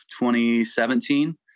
2017